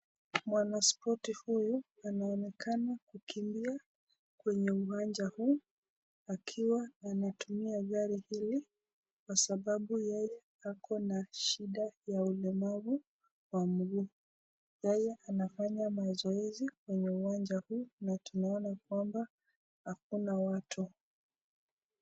Mwanaspoti huyu anaonekana kukimbia kwenye uwanja huu akiwa anatumia gari hili kwa sababu yeye ako na shida ya ulemavu wa miguu. Yeye anafanya mazoezi kwenye uwanja huu na tunaona ya kwamba hakuna watu.